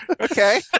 Okay